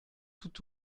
tout